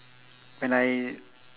when I